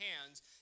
hands